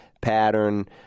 pattern